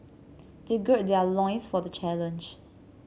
they gird their loins for the challenge